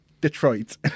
detroit